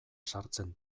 sartzen